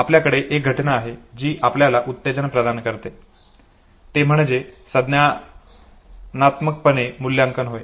आपल्याकडे एक घटना आहे जी आपल्याला उत्तेजन प्रदान करते ते म्हणजे संज्ञानात्मकपणे मूल्यांकन होय